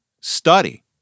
study